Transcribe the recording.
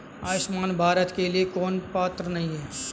आयुष्मान भारत के लिए कौन पात्र नहीं है?